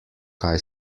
kaj